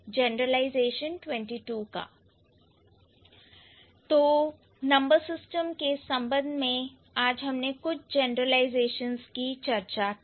तो number systems के संबंध में कुछ जनरलाइजेशंस कि हमने चर्चा की